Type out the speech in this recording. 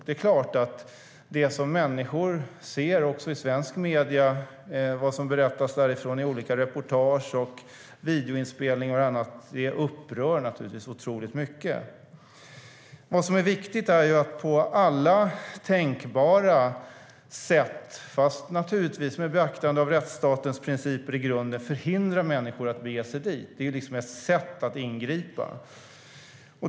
Det är klart att det som människor ser, också i svenska medier, och vad som berättas därifrån i olika reportage, videoinspelningar och annat upprör otroligt mycket. Vad som är viktigt är att på alla tänkbara sätt, men naturligtvis med beaktande av rättsstatens principer i grunden, hindra människor från att bege sig dit. Det är ett sätt att ingripa.